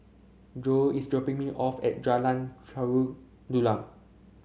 Jo is dropping me off at Jalan Tari Dulang